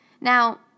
Now